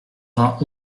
vingt